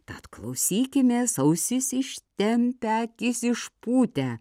tad klausykimės ausis ištempę akis išpūtę